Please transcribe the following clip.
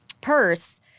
purse